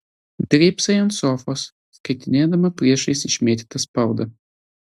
drybsai ant sofos skaitinėdama priešais išmėtytą spaudą